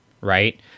Right